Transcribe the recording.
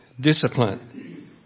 discipline